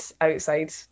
outside